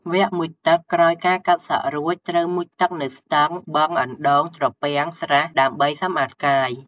វគ្គមុជទឹកក្រោយការកាត់សក់រួច ត្រូវមុជទឹកនៅ ស្ទឹង បឹង អណ្តូង ត្រពាំង ស្រះ ដើម្បីសម្អាតកាយ ។